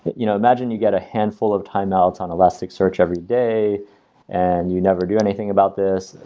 you know, imagine you got a handful of timeouts on elasticsearch every day and you never do anything about this.